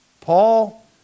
Paul